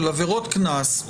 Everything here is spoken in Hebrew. של עבירות קנס,